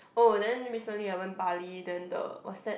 oh then recently I went Bali then the what's that